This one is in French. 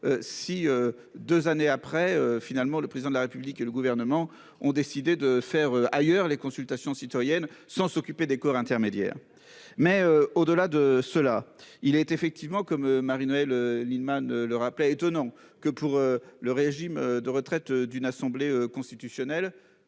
Si 2 années après finalement le président de la République et le gouvernement ont décidé de faire ailleurs les consultations citoyennes sans s'occuper des corps intermédiaires. Mais au-delà de cela, il est effectivement comme Marie-Noëlle Lienemann le rappeler étonnant que pour le régime de retraite d'une assemblée constitutionnelle.